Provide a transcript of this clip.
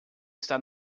está